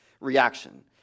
reaction